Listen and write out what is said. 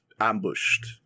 ambushed